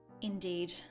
Indeed